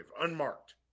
unmarked